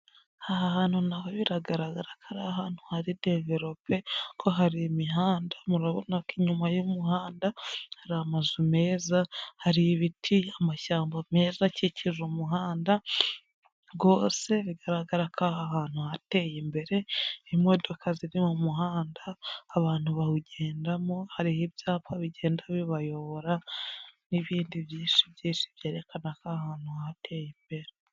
Aha hantu naho biragaragara ko ari ahantu hari deverope kuko hari imihanda. Murabona ko inyuma y'umuhanda hari amazu meza. Hari ibiti, amashyamba meza akikije umuhanda. Rwose bigaragara ko aha ahantutu hateye imbere. Imodoka ziri mu muhanda, abantu bawugendamo. Hariho ibyapa bigenda bibayobora n'ibindi byinshi byinshi byerekana ko aha hantu hateye imbere.